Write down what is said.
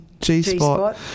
G-spot